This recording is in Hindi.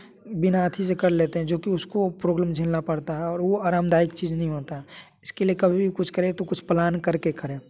बिना से ही कर लेते हैं जो कि उसको प्रॉब्लम झेलना पड़ता है और वो आरामदायक चीज नहीं होता इसके लिए कभी भी कुछ करें तो कुछ प्लान करके करें